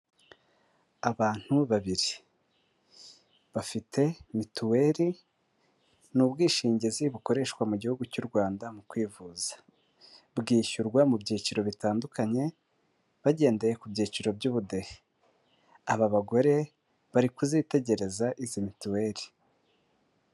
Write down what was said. Abantu babiri, bafite mituweri, n'ubwishingizi bukoreshwa mu gihugu cy'u Rwanda mu kwivuza. Bwishyurwa mu byiciro bitandukanye, bagendeye ku byiciro by'ubudehe. Aba bagore bari kuzitegereza, izi mituweli.